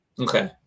Okay